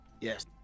Yes